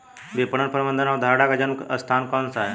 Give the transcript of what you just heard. विपणन प्रबंध अवधारणा का जन्म स्थान कौन सा है?